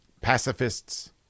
Pacifists